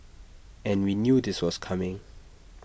and we knew this was coming